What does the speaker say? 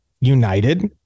United